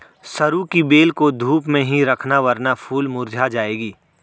सरू की बेल को धूप में ही रखना वरना फूल मुरझा जाएगी